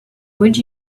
would